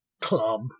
Club